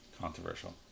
Controversial